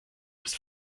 ist